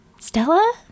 Stella